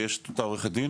ויש את עורכת הדין,